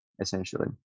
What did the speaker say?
essentially